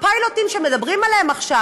הפיילוטים שמדברים עליהם עכשיו,